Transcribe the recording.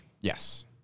Yes